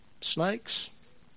Snakes